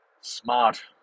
smart